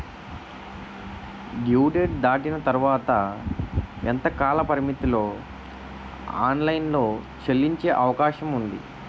Due date దాటిన తర్వాత ఎంత కాలపరిమితిలో ఆన్ లైన్ లో చెల్లించే అవకాశం వుంది?